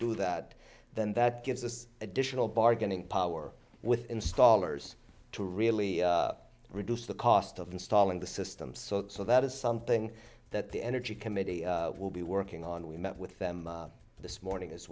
do that then that gives us additional bargaining power with installers to really reduce the cost of installing the system so that is something that the energy committee will be working on we met with them this morning as